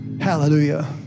Hallelujah